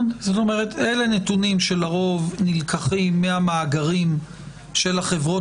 זאת אומרת אלה נתונים שלרוב נלקחים מהמאגרים של החברות